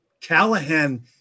Callahan